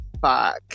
fuck